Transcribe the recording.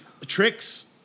tricks